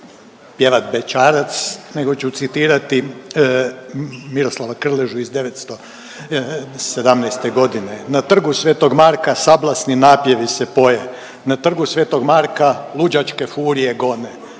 pjevat bećarac nego ću citirati Miroslava Krležu iz 917. godine. Na Trgu sv. Marka sablasni napjevi se poje, na Trgu sv. Marka luđačke furije gone,